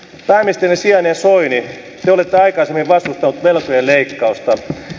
pääministerin sijainen soini te olette aikaisemmin vastustanut velkojen leikkausta